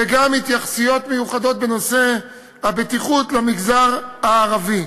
וגם התייחסויות מיוחדות בנושא הבטיחות למגזר הערבי: